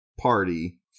party